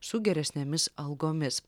su geresnėmis algomis